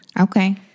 Okay